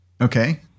Okay